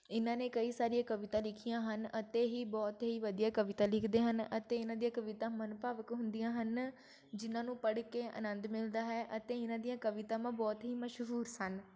ਇਹਨਾਂ ਨੇ ਕਈ ਸਾਰੀਆਂ ਕਵਿਤਾ ਲਿਖੀਆਂ ਹਨ ਅਤੇ ਹੀ ਬਹੁਤ ਹੀ ਵਧੀਆ ਕਵਿਤਾ ਲਿਖਦੇ ਹਨ ਅਤੇ ਇਹਨਾਂ ਦੀਆਂ ਕਵਿਤਾ ਮਨ ਭਾਵਕ ਹੁੰਦੀਆਂ ਹਨ ਜਿਨ੍ਹਾਂ ਨੂੰ ਪੜ੍ਹ ਕੇ ਆਨੰਦ ਮਿਲਦਾ ਹੈ ਅਤੇ ਇਹਨਾਂ ਦੀਆਂ ਕਵਿਤਾਵਾਂ ਬਹੁਤ ਹੀ ਮਸ਼ਹੂਰ ਸਨ